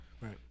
Right